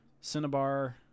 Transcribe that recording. Cinnabar